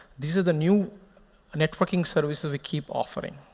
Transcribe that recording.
these are the new networking services we keep offering.